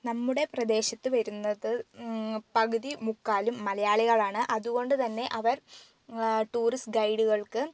നമ്മുടെ പ്രദേശത്ത് വരുന്നത് പകുതി മുക്കാലും മലയാളികൾ ആണ് അതുകൊണ്ടുതന്നെ അവർ ടൂറിസ്റ്റ് ഗൈഡുകൾക്ക്